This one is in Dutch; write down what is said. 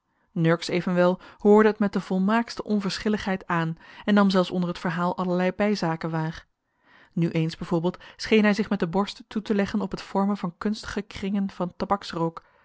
nurks evenwel hoorde het met de volmaaktste onverschilligheid aan en nam zelfs onder t verhaal allerlei bijzaken waar nu eens bijvoorbeeld scheen hij zich met de borst toe te leggen op het vormen van kunstige kringen van tabaksrook